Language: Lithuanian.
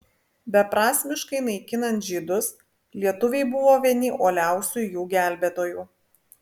beprasmiškai naikinant žydus lietuviai buvo vieni uoliausių jų gelbėtojų